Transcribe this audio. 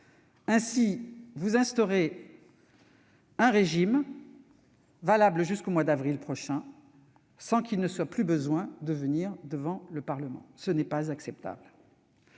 Vous instaurez ainsi un régime valable jusqu'au mois d'avril prochain, sans qu'il soit besoin de revenir devant le Parlement. Ce n'est pas acceptable.